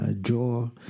draw